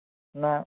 എന്നാൽ